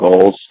goals